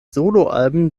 soloalben